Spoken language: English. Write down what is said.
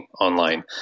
online